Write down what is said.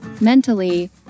mentally